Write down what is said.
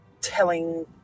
telling